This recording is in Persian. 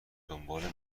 دنبال